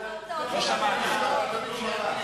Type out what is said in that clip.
חשבון הנאום הבא.